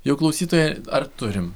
jau klausytoją ar turim